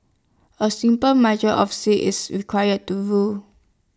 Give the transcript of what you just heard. A simple of sea is require to rule